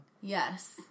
Yes